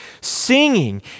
singing